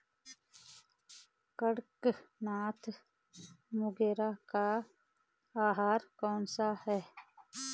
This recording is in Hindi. कड़कनाथ मुर्गे का आहार कौन सा है?